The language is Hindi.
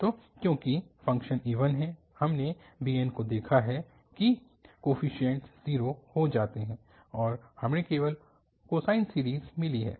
तो क्योंकि फ़ंक्शन इवन है हमने bn को देखा है कि कोफीशिएंट 0 हो जाते हैं और हमें केवल कोसाइन सीरीज़ मिली है